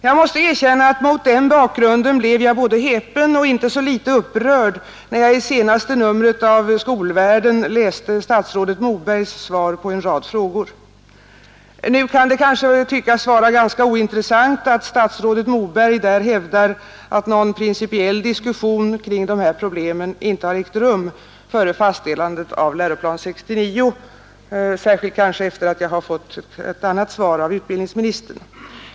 Jag måste erkänna att jag mot den bakgrunden blev både häpen och inte så litet upprörd när jag i det senaste numret av Skolvärlden läste statsrådet Mobergs svar på en rad frågor. Nu kan det kanske tyckas vara ganska ointressant att statsrådet Moberg där hävdar att någon principiell diskussion om dessa problem inte har ägt rum före fastställandet av Lgr 69, kanske särskilt efter det att jag har fått ett annat svar från utbildningsministern.